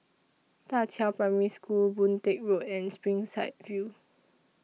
DA Qiao Primary School Boon Teck Road and Springside View